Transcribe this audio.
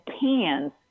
PANS